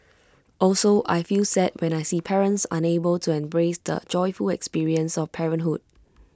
also I feel sad when I see parents unable to embrace the joyful experience of parenthood